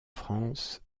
france